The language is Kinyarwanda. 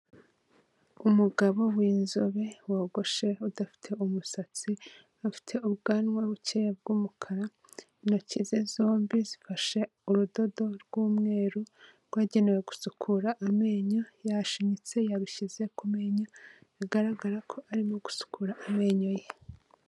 Umugabo w'inzobe wogoshe udafite umusatsi, afite ubwanwa bukeya bw'umukara, intoki ze zombi zifashe urudodo rw'umweru rwagenewe gusukura amenyo, yashinyitse, yarushyize ku menyo, bigaragara ko arimo gusukura amenyo ye.